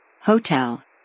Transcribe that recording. Hotel